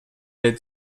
did